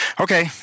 Okay